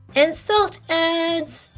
and salt adds.